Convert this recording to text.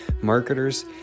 marketers